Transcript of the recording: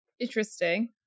interesting